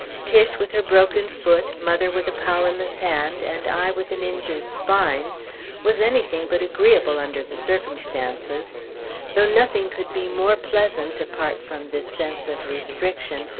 tiche with her broken foot, mother with a powerless hand, and i with an injured spine was anything but agreeable under the circumstances though nothing could be more pleasant, apart from this sense of restriction,